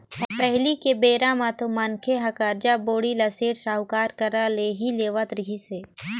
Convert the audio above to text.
पहिली के बेरा म तो मनखे मन ह करजा, बोड़ी ल सेठ, साहूकार करा ले ही लेवत रिहिस हे